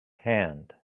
hand